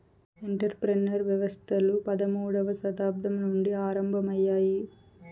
enter ప్రెన్యూర్ వ్యవస్థలు పదమూడవ శతాబ్దం నుండి ఆరంభమయ్యాయి